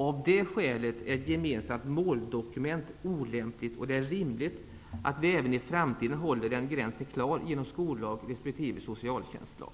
Av det skälet är ett gemensamt måldokument olämpligt, och det är rimligt att även framgent hålla den gränsen klar genom skollag resp. socialtjänstlag.